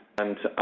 and